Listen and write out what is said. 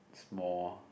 it's more